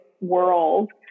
world